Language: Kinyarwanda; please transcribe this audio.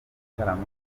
gitaramo